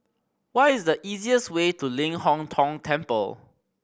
what is the easiest way to Ling Hong Tong Temple